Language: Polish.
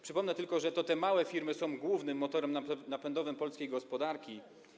Przypomnę tylko, że to te małe firmy są głównym motorem napędowym polskiej gospodarki.